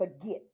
forget